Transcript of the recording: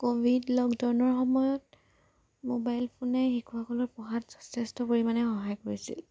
Covid লকডাউনৰ সময়ত mobile ফোনে শিশুসকলৰ পঢ়াত যথেষ্ট পৰিমানে সহায় কৰিছিল